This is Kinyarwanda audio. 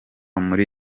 muri